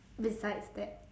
besides that